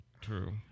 True